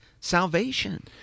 salvation